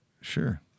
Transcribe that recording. Sure